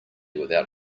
without